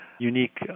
unique